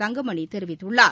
தங்கமணி தெரிவித்துள்ளார்